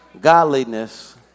godliness